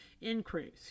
increase